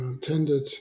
tended